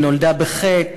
היא נולדה בחטא,